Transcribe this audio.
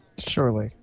Surely